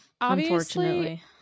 unfortunately